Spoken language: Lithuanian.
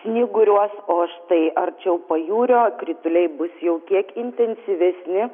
snyguriuos o štai arčiau pajūrio krituliai bus jau kiek intensyvesni